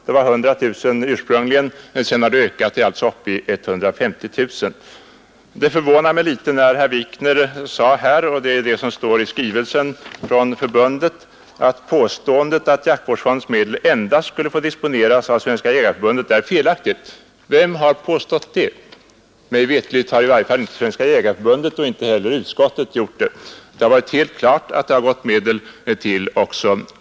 Det anslaget var ursprungligen 100 000 kronor men har 29 Det förvånade mig litet när herr Wikner sade — det står också i skrivelsen från förbundet — att påståendet att jaktvårdsfondens medel endast skulle få disponeras av Svenska jägareförbundet är felaktigt. Vem har påstått något sådant? Mig veterligt har i varje fall inte Svenska jägareförbundet och inte heller utskottet gjort det. Det har varit helt klart att det har gått medel också till annat håll.